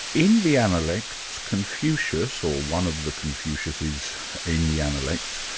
in the analects confucius, or one of the confucius's in the analects,